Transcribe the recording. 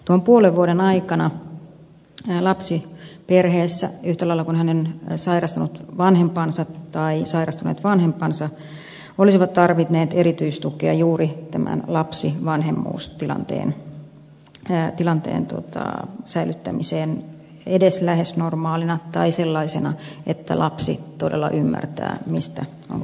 tuon puolen vuoden aikana lapsiperheessä yhtä lailla lapsi kuin hänen sairastunut vanhempansa tai sairastuneet vanhempansa olisivat tarvinneet erityistukea juuri tämän lapsivanhemmuus tilanteen säilyttämiseen edes lähes normaalina tai sellaisena että lapsi todella ymmärtää mistä on kyse